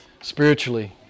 spiritually